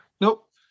Nope